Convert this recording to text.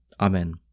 Amen